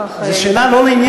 זו שאלה לא כל כך,